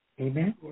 Amen